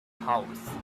house